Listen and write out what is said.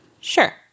Sure